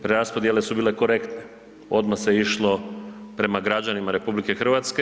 Preraspodjele su bile korektne, odmah se išlo prema građanima RH.